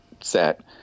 set